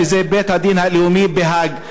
שזה בית-הדין הבין-לאומי בהאג,